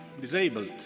disabled